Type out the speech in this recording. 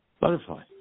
Butterfly